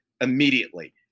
immediately